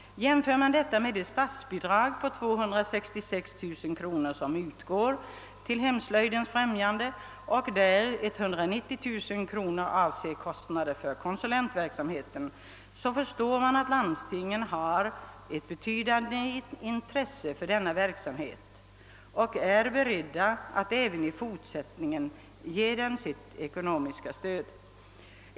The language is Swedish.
Jämförs detta med det statsbidrag på 266 000 kronor som utgår till hemslöjdens främjande, varav 190000 avser kostnader för konsulentverksamheten, förstår man att landstingen har ett betydande intresse för denna verksamhet och att de även i fortsättningen är beredda att ge den ekonomiskt stöd.